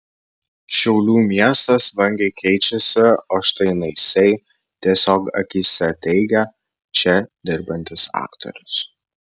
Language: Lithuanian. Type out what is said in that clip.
šiaulių miestas vangiai keičiasi o štai naisiai tiesiog akyse teigia čia dirbantis aktorius